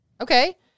Okay